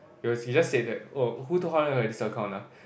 he was he just said that who told Hao-Ran that I have this account ah